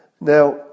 Now